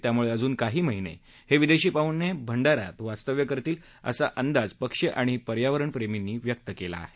त्यामुळे अजून काही महिने हे विदेशी पाहणे भंडाऱ्यात वास्तव्य करतील असा अंदाज पक्षी आणि पर्यावरण प्रेमींनी व्यक्त केला आहे